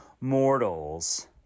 mortals